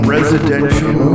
Residential